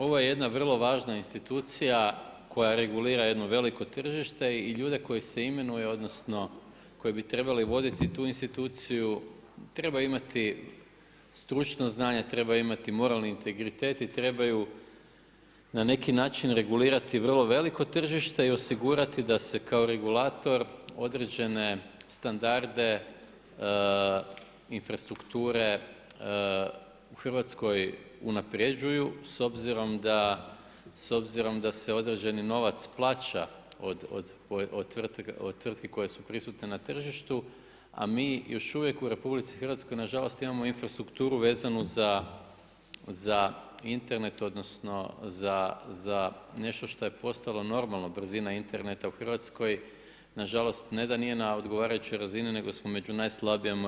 Ovo je jedna vrlo važna institucija koja regulira jedno veliko tržište i ljude koji se imenuju, odnosno koji bi trebali voditi tu instituciju, treba imati stručna znanja, treba imati moralni integritet i trebaju na neki način regulirati vrlo veliko tržište i osigurati da se kao regulator određene standarde infrastrukture u Hrvatskoj unapređuju s obzirom da se određeni novac plaća od tvrtki koje su prisutne na tržištu, a mi još uvijek u RH nažalost imamo infrastrukturu vezanu za Internet, odnosno za nešto što je postalo normalno, brzina interneta u Hrvatskoj nažalost ne da nije na odgovarajućoj razini, nego smo među najslabijima u EU.